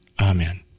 Amen